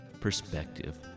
perspective